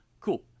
cool